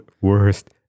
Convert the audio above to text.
worst